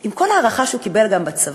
עם כל ההערכה שהוא קיבל גם בצבא,